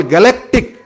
Galactic